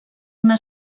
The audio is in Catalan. una